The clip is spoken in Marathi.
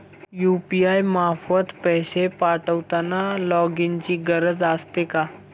यु.पी.आय मार्फत पैसे पाठवताना लॉगइनची गरज असते का?